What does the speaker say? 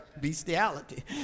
bestiality